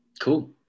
Cool